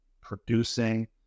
producing